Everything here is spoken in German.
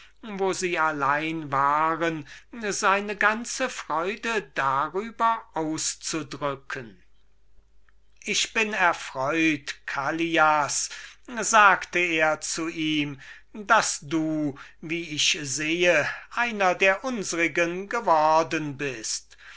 wo sie allein waren seine ganze freude darüber auszudrücken ich bin erfreut callias sagte er zu ihm daß du wie ich sehe einer von den unsrigen worden bist